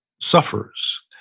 suffers